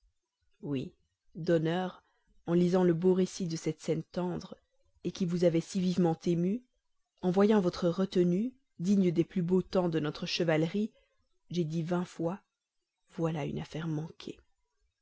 oui d'honneur en lisant le beau récit de cette scène tendre qui vous avait si violemment ému en voyant votre retenue digne des plus beaux temps de notre chevalerie j'ai dit vingt fois voilà une affaire manquée